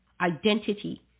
identity